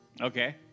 Okay